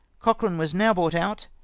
cochran was now brought out,